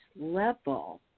level